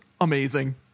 amazing